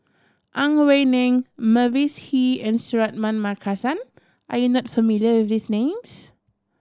Ang Wei Neng Mavis Hee and Suratman Markasan are you not familiar with these names